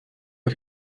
auf